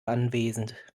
anwesend